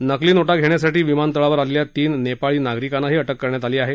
नकली नोठा घेण्यासाठी विमानतळावर आलेल्या तीन नेपाळी नागरिकांनाही अाक्रि करण्यात आली आहे